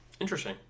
Interesting